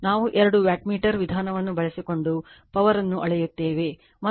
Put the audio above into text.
ನಾವು ಎರಡು ವ್ಯಾಟ್ಮೀಟರ್ ವಿಧಾನವನ್ನು ಬಳಸಿಕೊಂಡು ಪವರ್ ಅನ್ನು ಅಳೆಯುತ್ತೇವೆ ಮತ್ತು